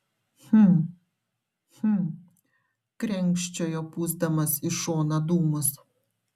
hm hm krenkščiojo pūsdamas į šoną dūmus